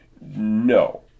No